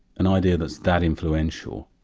an idea that's that influential,